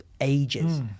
ages